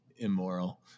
immoral